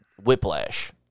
whiplash